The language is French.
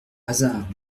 hasard